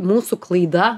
mūsų klaida